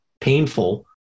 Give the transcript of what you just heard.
painful